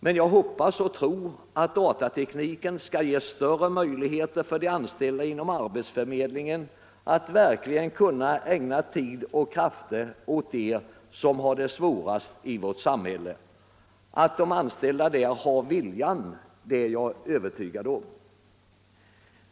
Men jag hoppas och tror att datatekniken skall ge större möjligheter för de anställda inom arbetsförmedlingen att verkligen ägna tid och krafter åt dem som har det svårt i vårt samhälle. Att de inom arbetsförmedlingen anställda har viljan är jag övertygad om.